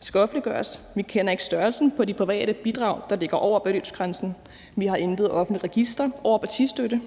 skal offentliggøres. Vi kender ikke størrelsen på de private bidrag, der ligger over beløbsgrænsen. Vi har intet offentligt register over partistøtte.